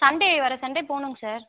Sunday வர Sunday போகணும் sir